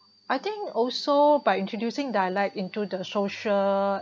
I think also by introducing dialect into the social